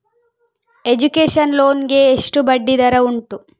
Education loan ಗೆ ಎಷ್ಟು ಬಡ್ಡಿ ದರ ಉಂಟು?